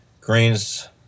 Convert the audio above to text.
Greens